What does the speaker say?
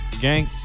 gang